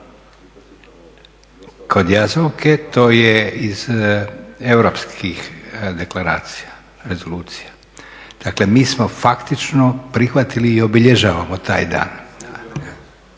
kod Jazovke. To je iz europskih deklaracija rezolucija. Dakle, mi smo faktično prihvatili i obilježavamo taj dan,